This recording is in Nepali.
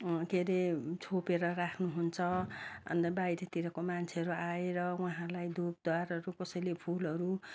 के अरे छोपेर राख्नुहुन्छ अन्त बाहिरीतिरको मान्छेहरू आएर उहाँलाई धुपधुँवरहरू कसैले फुलहरू